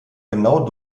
genau